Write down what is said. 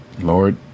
Lord